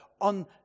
on